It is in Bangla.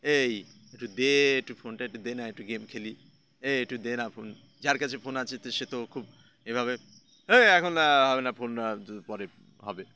এই একটু দে একটু ফোনটা একটু দে না একটু গেম খেলি এই একটু দে না ফোন যার কাছে ফোন আছে তো সে তো খুব এভাবে হ্যাঁ এখন না ফোন পরে হবে